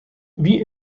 wie